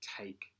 take